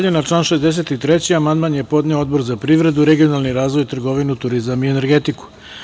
Na član 63. amandman je podneo Odbor za privredu, regionalni razvoj, trgovinu, turizam i energetiku.